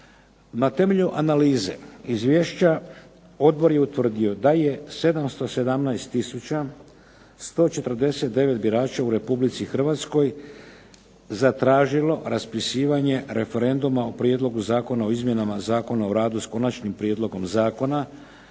Na temelju analize izvješća odbor je utvrdio da je 717149 birača u Republici Hrvatskoj zatražilo raspisivanje referenduma o Prijedlogu zakona o izmjenama Zakona o radu s Konačnim prijedlogom zakona